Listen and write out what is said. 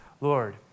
Lord